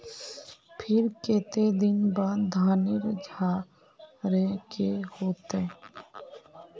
फिर केते दिन बाद धानेर झाड़े के होते?